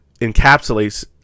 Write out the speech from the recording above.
encapsulates